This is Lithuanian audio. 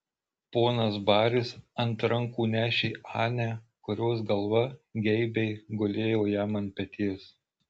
ponas baris ant rankų nešė anę kurios galva geibiai gulėjo jam ant peties